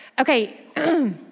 Okay